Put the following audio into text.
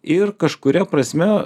ir kažkuria prasme